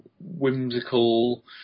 whimsical